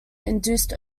induced